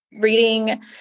reading